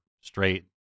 straight